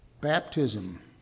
Baptism